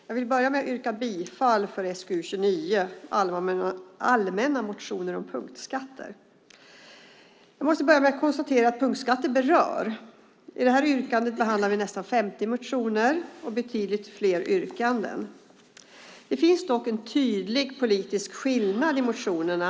Fru talman! Jag yrkar bifall till utskottets förslag i betänkande SkU29, Allmänna motioner om punktskatter . Jag måste börja med att konstatera att punktskatter berör. I betänkandet behandlas nästan 50 motioner och betydligt fler yrkanden. Det finns dock en tydlig politisk skillnad mellan motionerna.